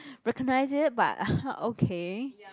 recognise it but okay